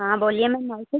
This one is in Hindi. हाँ बोलिए मैम और कुछ